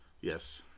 Yes